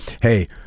hey